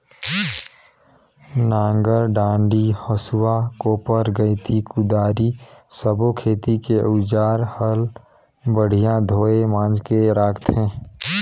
नांगर डांडी, हसुआ, कोप्पर गइती, कुदारी सब्बो खेती के अउजार हल बड़िया धोये मांजके राखथे